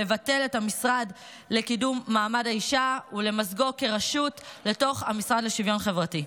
לבטל את המשרד לקידום מעמד האישה ולמזגו כרשות במשרד לשוויון חברתי.